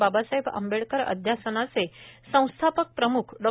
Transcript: बाबासाहेब आंबेडकर अध्यासनाचे संस्थापक प्रम्ख डॉ